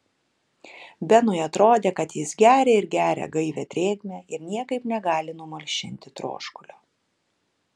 benui atrodė kad jis geria ir geria gaivią drėgmę ir niekaip negali numalšinti troškulio